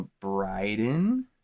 Bryden